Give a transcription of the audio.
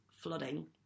flooding